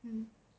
um